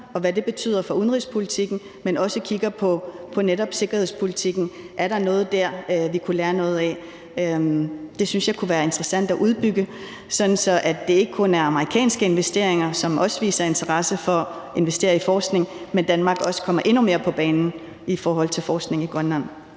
på, hvad det betyder for udenrigspolitikken, men også kigger på netop sikkerhedspolitikken: Er der noget der, vi kan lære noget af? Det synes jeg kunne være interessant at uddybe, sådan så det ikke kun er amerikanske investorer, der viser interesse for at investere i forskning, men at Danmark også kommer endnu mere på banen i forhold til forskning i Grønland.